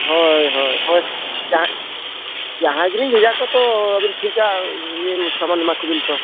ᱦᱳᱭ ᱦᱳᱭ ᱦᱳᱭ ᱡᱟᱦᱟᱸ ᱡᱟᱦᱟᱸᱭ ᱜᱮᱞᱤᱧ ᱵᱷᱮᱡᱟ ᱠᱚᱣᱟ ᱛᱚ ᱟᱹᱵᱤᱱ ᱴᱷᱤᱠ ᱜᱮᱭᱟ ᱥᱟᱵᱚᱱ ᱮᱢᱟ ᱠᱚᱵᱤᱱ ᱛᱚ